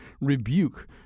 rebuke